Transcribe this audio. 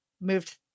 moved